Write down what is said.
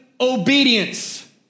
obedience